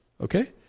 Okay